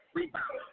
Rebound